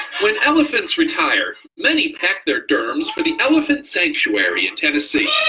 when elephants retire, many pack their derms for the elephant sanctuary in tennessee.